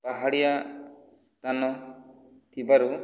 ପାହାଡ଼ିଆ ସ୍ଥାନ ଥିବାରୁ